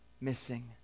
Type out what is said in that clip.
missing